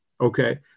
okay